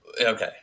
Okay